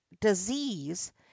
disease